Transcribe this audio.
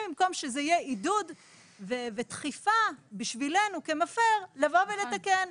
במקום שזה יהיה עידוד ודחיפה בשבילנו כמפר לבוא ולתקן.